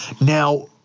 Now